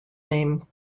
name